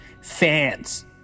fans